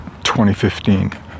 2015